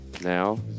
now